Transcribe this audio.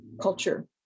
culture